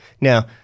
Now